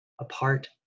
apart